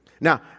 Now